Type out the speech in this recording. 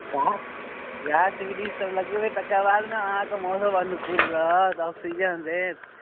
गाछ गाछ बृक्ष सभ लगेबै तकर बाद ने अहाँके मौसम अनुकूल रहत ऑक्सिजन देत